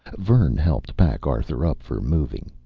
vern helped pack arthur up for moving.